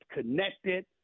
connected